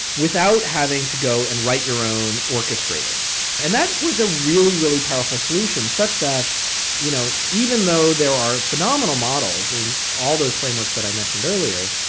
without having to go and write your own orchestrator and that was a really, really powerful solution. such that you know even though there are phenomenal models in all those frameworks that i mentioned earlier,